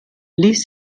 ließ